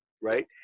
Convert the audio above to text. right